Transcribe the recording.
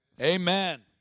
Amen